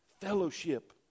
fellowship